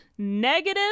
Negative